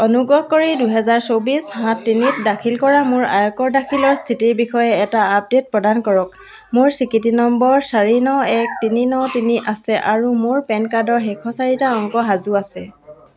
অনুগ্ৰহ কৰি দুহেজাৰ চৌবিছ সাত তিনিত দাখিল কৰা মোৰ আয়কৰ দাখিলৰ স্থিতিৰ বিষয়ে এটা আপডেট প্ৰদান কৰক মোৰ স্বীকৃতি নম্বৰ চাৰি ন এক তিনি ন তিনি আছে আৰু মোৰ পেন কাৰ্ডৰ শেষৰ চাৰিটা অংক সাজু আছে